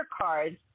cards